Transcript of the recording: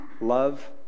love